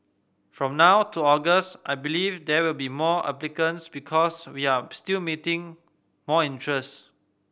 from now to August I believe there will be more applicants because we are still meeting more interest